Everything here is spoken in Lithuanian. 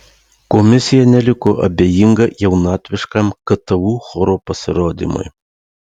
komisija neliko abejinga jaunatviškam ktu choro pasirodymui